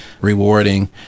rewarding